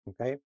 Okay